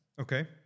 Okay